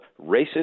racist